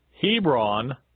Hebron